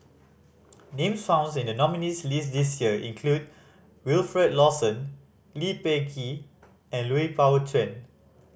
names founds in the nominees' list this year include Wilfed Lawson Lee Peh Gee and Lui Pao Chuen